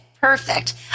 perfect